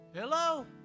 Hello